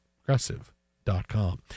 progressive.com